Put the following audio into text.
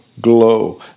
glow